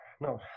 No